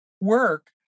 work